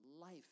Life